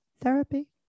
therapy